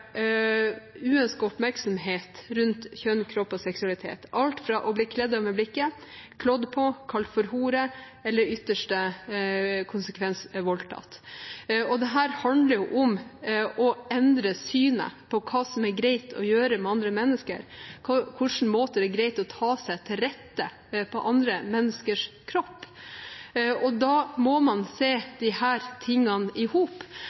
oppmerksomhet rundt kjønn, kropp og seksualitet, alt fra det å bli kledd av med blikket til å bli klådd på, kalt for hore, eller i ytterste konsekvens bli voldtatt. Dette handler om å endre synet på hva som er greit å gjøre med andre mennesker, på hvilken måte det er greit å ta seg til rette på andre menneskers kropp, og da må man se disse tingene i hop.